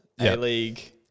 A-League